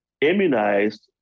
immunized